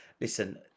listen